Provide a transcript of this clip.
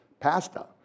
Pasta